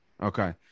Okay